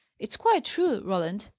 it's quite true, roland.